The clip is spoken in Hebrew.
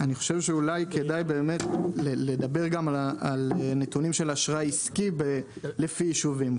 אני חושב שאולי באמת כדאי לדבר גם על נתונים של אשראי עסקי לפי יישובים,